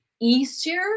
easier